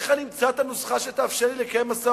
איך אני אמצא את הנוסחה שתאפשר לי לקיים משא-ומתן,